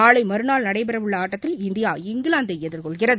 நாளை மறுநாள் நடைபெறவுள்ள ஆட்டத்தில் இந்தியா இங்கிலாந்தை எதிர்கொள்கிறது